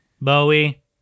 Bowie